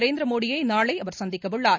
நரேந்திர மோடினய நாளை அவர் சந்திக்க உள்ளார்